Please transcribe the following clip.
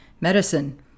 medicine